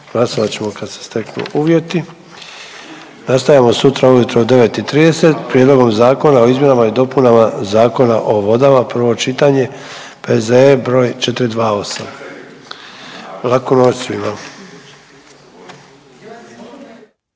Glasovat ćemo kad se steknu uvjeti. Nastavljamo sutra ujutro u 9 i 30 Prijedlogom Zakona o izmjenama i dopunama Zakona o vodama, prvo čitanje, P.Z.E. broj 428. Laku noć svima.